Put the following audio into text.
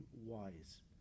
wise